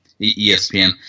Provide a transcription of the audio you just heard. ESPN